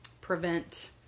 prevent